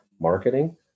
marketing